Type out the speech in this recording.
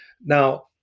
Now